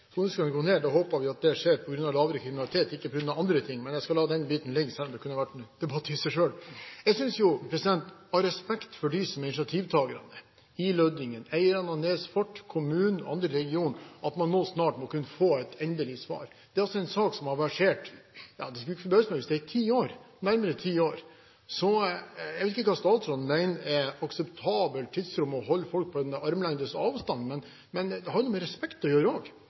ned. Da håper vi at det skjer på grunn av lavere kriminalitet, ikke på grunn av andre ting. Men jeg skal den biten ligge, selv om det kunne ha vært en debatt i seg selv. Jeg synes, av respekt for dem som er initiativtakere i Lødingen, eierne av Nes fort, kommunen og andre i regionen, at man nå snart må kunne få et endelig svar. Dette er en sak som har versert lenge, det skulle ikke forbause meg om det er i nærmere ti år. Så jeg vil vite hva statsråden mener er et akseptabelt tidsrom for å holde folk på en armlengdes avstand. Det har noe med respekt å gjøre også. Det er ikke tvil om at Stortinget og